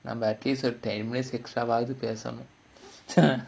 நம்ம:namma at least ஒரு:oru ten minutes extra பேசனும்:paesanum